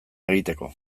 egiteko